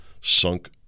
sunk